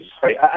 Sorry